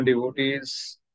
devotees